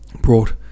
brought